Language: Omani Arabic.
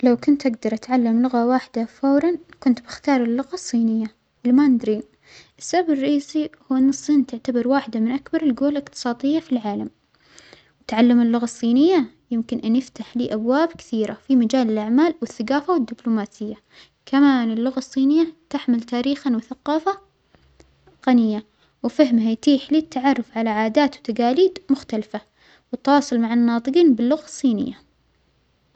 لو كنت أجدر أتعلم لغة واحدة فورا كنت بختار اللغة الصينية لما أدرين، السبب الرئيسى هو أن الصين تعتبر واحدة من أكبر الجوى الإقصادية فى العالم، وتعلم اللغه الصينية يمكن أن يفتح لى أبواب كثيرة في مجال الأعمال والثجافة والدبلوماسية، كما أن اللغة الصينية تحمل تاريخا وثقافة unintelligible ، وفهما يتيح لى التعرف على عادات وتجاليد مختلفة والتواصل مع الناطقين باللغة الصينية.